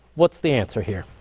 what's the answer here?